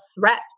threat